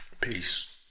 Peace